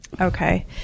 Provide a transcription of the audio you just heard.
Okay